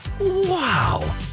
wow